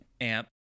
amp